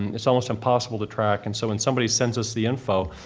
and it's almost impossible to track. and so when somebody sends us the info,